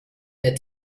der